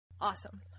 Awesome